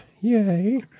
Yay